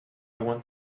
want